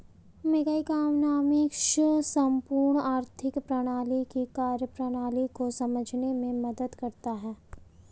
macroeconomics संपूर्ण आर्थिक प्रणाली की कार्यप्रणाली को समझने में मदद करता है